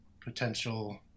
potential